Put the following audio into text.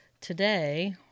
today